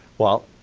well,